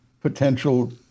potential